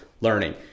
learning